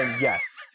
yes